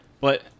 But-